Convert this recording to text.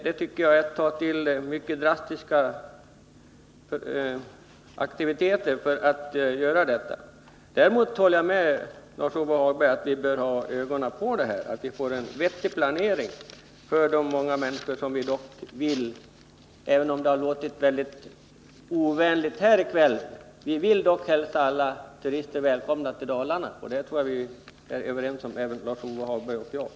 Jag tycker att detta är att ta till mycket drastiska metoder. Däremot håller jag med Lars-Ove Hagberg om att vi bör hålla ögonen på de här sakerna, så att det blir en vettig planering. Även om det har verkat ovänligt här i kväll, vill vi hälsa alla turister välkomna till Dalarna. På den punkten tror jag att Lars-Ove Hagberg och jag är överens.